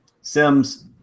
Sims